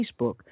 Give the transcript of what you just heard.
Facebook